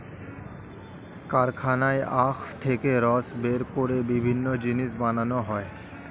কারখানায় আখ থেকে রস বের করে বিভিন্ন জিনিস বানানো হয়